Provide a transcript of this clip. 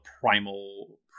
primal